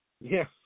Yes